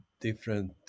different